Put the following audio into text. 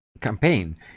campaign